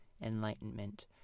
enlightenment